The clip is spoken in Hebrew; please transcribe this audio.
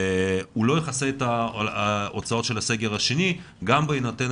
הוא לא יכסה את ההוצאות של הסגר השני גם בהינתן